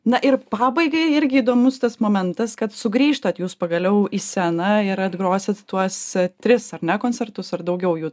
na ir pabaigai irgi įdomus tas momentas kad sugrįžtat jūs pagaliau į sceną ir atgrosit tuos tris ar ne koncertus ar daugiau jų